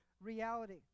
reality